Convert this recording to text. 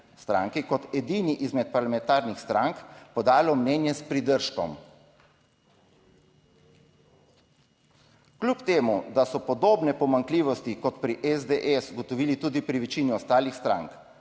kot edini izmed parlamentarnih strank podalo mnenje s pridržkom. Kljub temu, da so podobne pomanjkljivosti kot pri SDS ugotovili tudi pri večini ostalih strank,